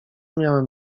miałem